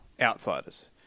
Outsiders